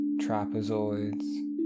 trapezoids